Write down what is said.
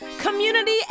community